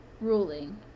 ruling